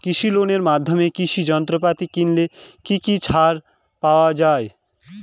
কৃষি লোনের মাধ্যমে কৃষি যন্ত্রপাতি কিনলে কি ছাড় পাওয়া যায়?